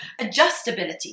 adjustability